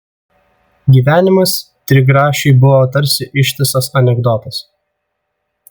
gyvenimas trigrašiui buvo tarsi ištisas anekdotas